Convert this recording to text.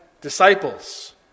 disciples